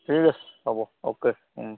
ঠিক আছে হ'ব অ'কে